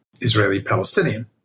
Israeli-Palestinian